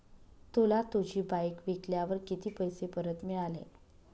तुला तुझी बाईक विकल्यावर किती पैसे परत मिळाले?